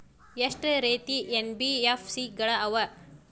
ಎಷ್ಟ ರೇತಿ ಎನ್.ಬಿ.ಎಫ್.ಸಿ ಗಳ ಅವ?